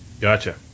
Gotcha